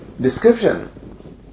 description